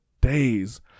days